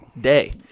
day